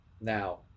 Now